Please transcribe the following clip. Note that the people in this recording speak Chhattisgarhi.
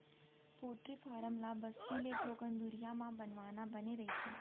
पोल्टी फारम ल बस्ती ले थोकन दुरिहा म बनवाना बने रहिथे